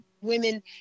Women